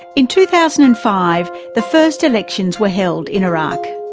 in two thousand and five the first elections were held in iraq.